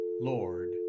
Lord